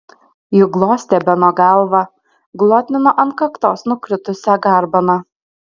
ji glostė beno galvą glotnino ant kaktos nukritusią garbaną